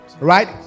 right